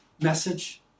message